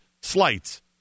slights